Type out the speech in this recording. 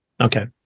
okay